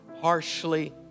harshly